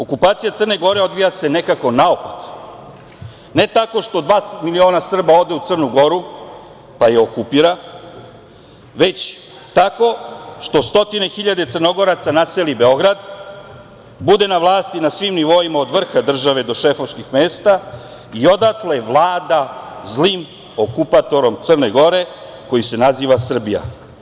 Okupacija Crne Gore odvija se nekako naopako, ne tako što dva miliona Srba ode u Crnu Goru, pa je okupira, već tako što stotine hiljade Crnogoraca naseli Beograd, bude na vlasti na svim nivoima od vrha države do šefovskih mesta i odatle vlada zlim okupatorom Crne Gore koji se naziva Srbija.